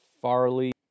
Farley